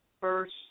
first